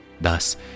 Thus